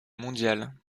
mondial